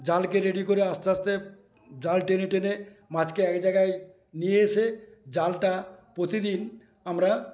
জালকে ready করে আস্তে আস্তে জাল টেনে টেনে মাছকে এক জায়গায় নিয়ে এসে জালটা প্রতিদিন আমরা